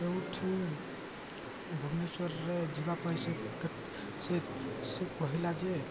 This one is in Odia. ଏଇଠୁ ଭୁବନେଶ୍ୱରରେ ଯିବା ପାଇଁ ସେ କେ ସେ ସେ କହିଲା ଯେ